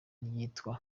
ryitwa